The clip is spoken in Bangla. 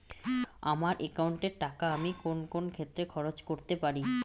আমার একাউন্ট এর টাকা আমি কোন কোন ক্ষেত্রে খরচ করতে পারি?